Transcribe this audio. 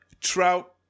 Trout